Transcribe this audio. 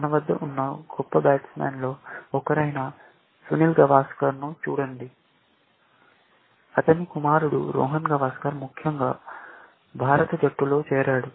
మన వద్ద ఉన్న గొప్ప బ్యాట్స్మన్లలో ఒకరైన సునీల్ గవాస్కర్ను చూడండి అతని కుమారుడు రోహన్ గవాస్కర్ ముఖ్యంగా భారత జట్టులో చేరాడు